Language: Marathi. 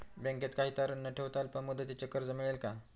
बँकेत काही तारण न ठेवता अल्प मुदतीचे कर्ज मिळेल का?